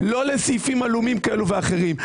לא לסעיפים לאומיים כאלה ואחרים.